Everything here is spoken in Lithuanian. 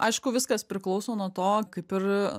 aišku viskas priklauso nuo to kaip ir